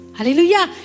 Hallelujah